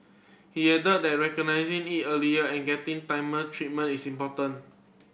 he added that recognising it early and getting timer treatment is important